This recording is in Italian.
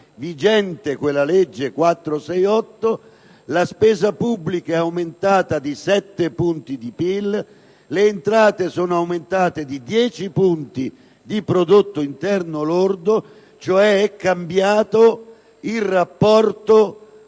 (vigente la legge n. 468) la spesa pubblica è aumentata di 7 punti di PIL e le entrate sono aumentate di 10 punti di prodotto interno lordo, cioè è cambiato il rapporto